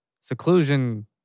seclusion